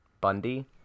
Bundy